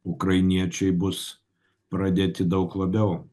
ukrainiečiai bus pradėti daug labiau